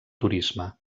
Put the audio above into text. turisme